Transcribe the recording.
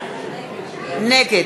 נגד